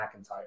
McIntyre